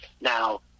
Now